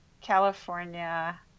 California